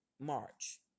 March